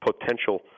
potential